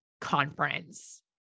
conference